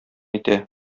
итә